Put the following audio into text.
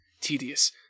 tedious